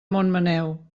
montmaneu